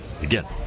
again